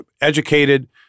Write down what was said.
educated